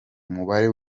umubare